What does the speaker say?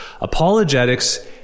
Apologetics